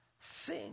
sing